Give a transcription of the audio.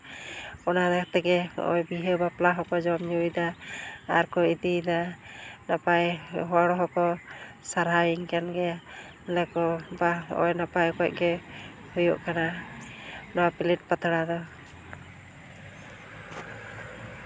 ᱚᱱᱟ ᱛᱮᱜᱮ ᱦᱚᱸᱜᱼᱚᱭ ᱵᱤᱦᱟᱹ ᱵᱟᱯᱞᱟ ᱦᱚᱸᱠᱚ ᱡᱚᱢ ᱧᱩᱭᱮᱫᱟ ᱟᱨᱠᱚ ᱤᱫᱤᱭᱮᱫᱟ ᱱᱟᱯᱟᱭ ᱦᱚᱲ ᱦᱚᱸᱠᱚ ᱥᱟᱨᱦᱟᱭᱤᱧ ᱠᱟᱱ ᱜᱮᱭᱟ ᱢᱮᱱᱫᱟᱠᱚ ᱵᱟᱦ ᱦᱚᱸᱜᱼᱚᱭ ᱱᱟᱯᱟᱭ ᱚᱠᱚᱡ ᱜᱮ ᱦᱩᱭᱩᱜ ᱠᱟᱱᱟ ᱱᱚᱣᱟ ᱯᱞᱮᱴ ᱯᱟᱛᱲᱟ ᱫᱚ